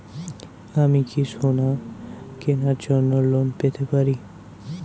আমি কি সোনা কেনার জন্য লোন পেতে পারি?